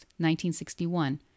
1961